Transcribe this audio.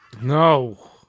No